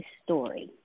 story